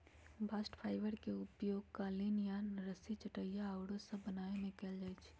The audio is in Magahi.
बास्ट फाइबर के उपयोग कालीन, यार्न, रस्सी, चटाइया आउरो सभ बनाबे में कएल जाइ छइ